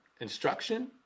instruction